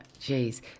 Jeez